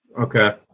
Okay